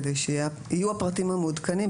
כדי שיהיו הפרטים מעודכנים,